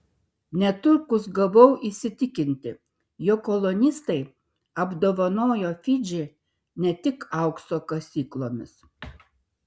netrukus gavau įsitikinti jog kolonistai apdovanojo fidžį ne tik aukso kasyklomis